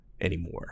anymore